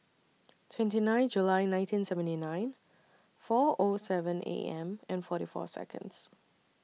twenty nine July nineteen seventy nine four O seven A M and forty four Seconds